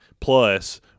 plus